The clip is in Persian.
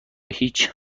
هیچ